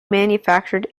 manufactured